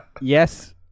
Yes